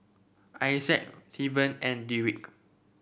Isaias Tevin and Deric